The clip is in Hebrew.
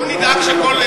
נכון.